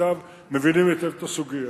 מפקדיו מבינים היטב את הסוגיה.